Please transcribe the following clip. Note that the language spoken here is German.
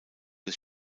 des